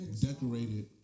decorated